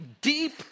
deep